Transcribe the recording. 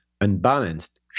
unbalanced